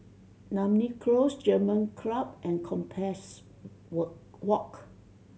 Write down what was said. Namly Close German Club and Compassvale Wo Walk